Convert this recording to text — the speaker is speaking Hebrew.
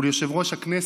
וליושב-ראש הכנסת,